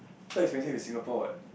so expensive in Singapore what